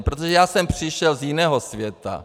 Protože já jsem přišel z jiného světa.